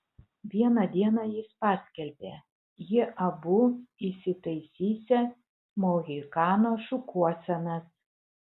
vieną dieną jis paskelbė jie abu įsitaisysią mohikano šukuosenas